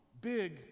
big